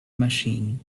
machine